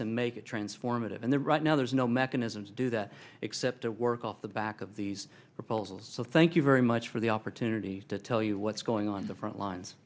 and make it transformative and there right now there's no mechanism to do that except to work off the back of these proposals so thank you very much for the opportunity to tell you what's going on the front lines